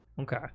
Okay